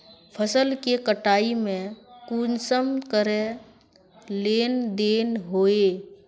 फसल के कटाई में कुंसम करे लेन देन होए?